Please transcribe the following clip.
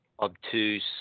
obtuse